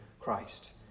Christ